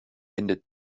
endet